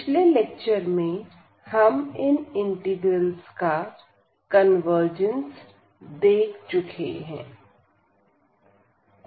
पिछले लेक्चर में हम इन इंटीग्रल्स का कन्वर्जेंस देख चुके हैं